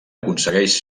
aconsegueix